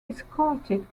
escorted